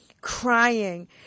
crying